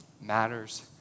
matters